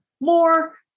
more